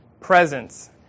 presence